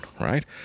Right